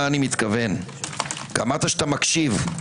אמרת שאתה מקשיב.